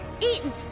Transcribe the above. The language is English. Eaten